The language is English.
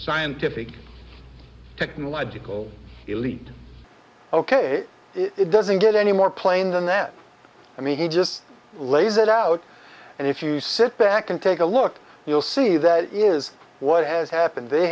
scientific technological elite ok it doesn't get any more plain than that i mean he just lays it out and if you sit back and take a look you'll see that is what has happened they